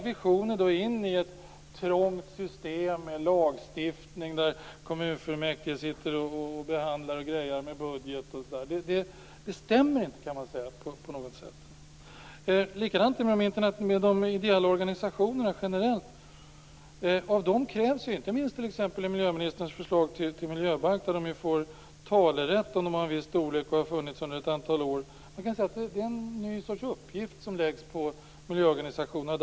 Visionerna skall sedan in i ett trångt system med lagstiftning och där kommunfullmäktige behandlar budgetar. På något sätt stämmer det inte. Det är likadant med de ideella organisationerna generellt sett. Inte minst i miljöministerns förslag till miljöbalk får de talerätt om de har viss storlek och har funnits i ett antal år. Man kan säga att det är en ny uppgift som läggs på miljöorganisationerna.